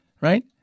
Right